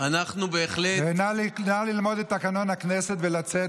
נא ללמוד את תקנון הכנסת ולצאת.